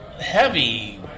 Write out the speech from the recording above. heavy